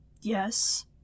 Yes